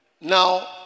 Now